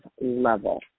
level